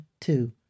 two